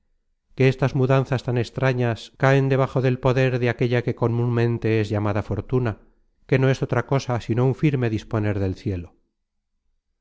que estas mudanzas tan extrañas caen debajo del poder de aquella que comunmente es llamada fortuna que no es otra cosa sino un firme disponer del cielo